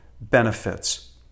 benefits